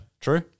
True